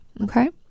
Okay